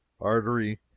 artery